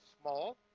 small